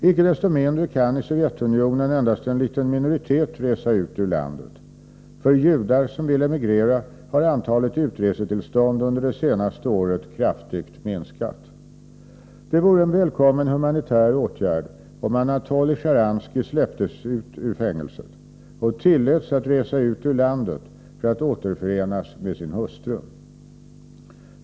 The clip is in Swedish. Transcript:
Icke desto mindre kani Sovjetunionen endast en liten minoritet resa ut ur landet. För judar som vill emigrera har antalet utresetillstånd under det senaste året kraftigt minskat. Det vore en välkommen humanitär åtgärd om Anatolij Sjtjaranskij släpptes ur fängelset och tilläts att resa ut ur landet för att återförenas med sin hustru.